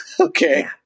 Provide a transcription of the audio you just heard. Okay